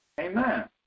Amen